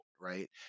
right